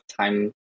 time